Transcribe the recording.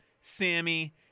Sammy